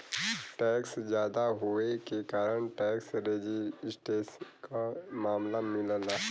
tax जादा होये के कारण टैक्स रेजिस्टेंस क मामला मिलला